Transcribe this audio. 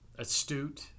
Astute